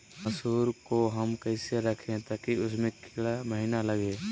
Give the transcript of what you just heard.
मसूर को हम कैसे रखे ताकि उसमे कीड़ा महिना लगे?